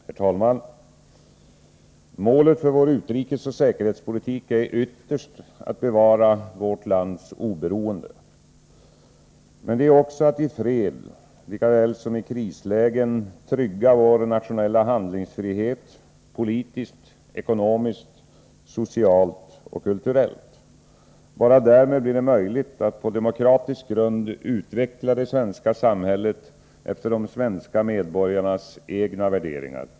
Herr talman! Målet för vår utrikesoch säkerhetspolitik är ytterst att bevara vårt lands oberoende. Men det är också att i fred lika väl som i krislägen trygga vår nationella handlingsfrihet politiskt, ekonomiskt, socialt och kulturellt. Bara därmed blir det möjligt att på demokratisk grund utveckla det svenska samhället efter de svenska medborgarnas egna värderingar.